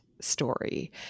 story